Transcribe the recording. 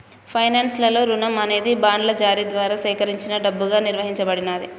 finance లలో రుణం అనేది బాండ్ల జారీ ద్వారా సేకరించిన డబ్బుగా నిర్వచించబడినాది